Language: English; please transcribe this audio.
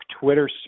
Twitter